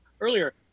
earlier